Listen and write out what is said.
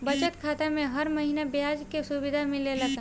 बचत खाता में हर महिना ब्याज के सुविधा मिलेला का?